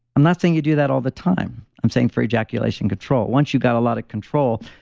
i'm not saying you do that all the time. i'm saying for ejaculation control. once you got a lot of control,